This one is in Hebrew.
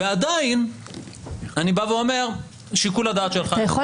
ועדיין אני אומר: שיקול הדעת שלך לא נכון בעיניי.